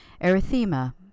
erythema